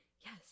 yes